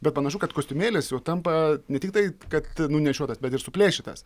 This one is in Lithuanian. bet panašu kad kostiumėlis jau tampa ne tiktai kad nunešiotas bet ir suplėšytas